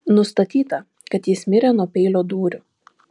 nustatyta kad jis mirė nuo peilio dūrių